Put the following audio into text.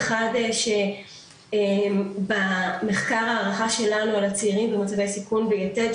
אחד שבמחקר הערכה שלנו על הצעירים במצבי סיכון ביתד,